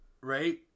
right